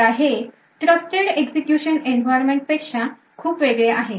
आता हे trusted execution environment पेक्षा खूप वेगळे आहे